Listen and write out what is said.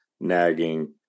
Nagging